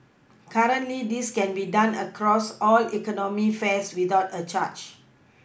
currently this can be done across all economy fares without a charge